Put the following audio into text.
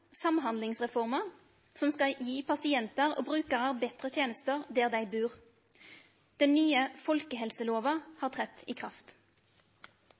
samhandlingsreforma, som skal gi pasientar og brukarar betre tenester der dei bur. Den nye folkehelselova har tredd i kraft.